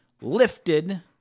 lifted